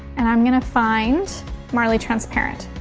and i'm gonna find marley transparent.